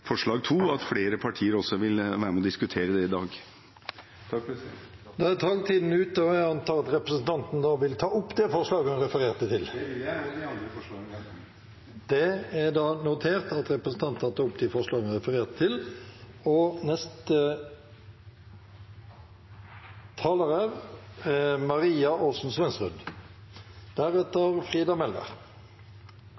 forslag nr. 2, og at også flere partier vil være med og diskutere det i dag. Da er taletiden ute, og jeg antar at representanten vil ta opp det forslaget han refererte til. Det vil jeg – og de andre forslagene vi har fremmet. Representanten Jan Bøhler har da tatt opp de forslagene han refererte til.